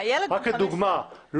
רק כדוגמא.